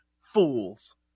fools